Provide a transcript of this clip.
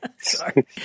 sorry